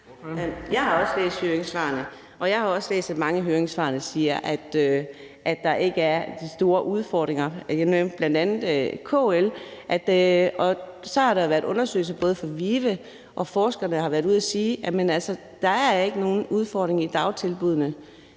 Jeg har også læst høringssvarene og set, at mange af dem siger, at der ikke er de store udfordringer. Jeg nævnte bl.a. KL's svar. Der har også været undersøgelser fra VIVE, og forskere har været ude og sige, at der ikke er nogen udfordring i dagtilbuddene.